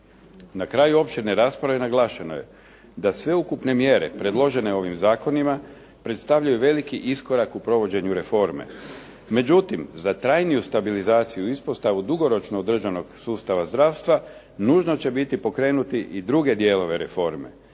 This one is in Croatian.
Na kraju opširne rasprave naglašeno je da sveukupne mjere predložene ovim zakonima predstavljaju veliki iskorak u provođenju reforme. Međutim, za trajniju stabilizaciju i uspostavu dugoročno održanog sustava zdravstva nužno će biti pokrenuti i druge dijelove reforme.